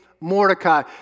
Mordecai